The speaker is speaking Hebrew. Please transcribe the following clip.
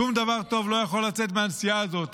שום דבר טוב לא יכול לצאת מהנסיעה הזאת.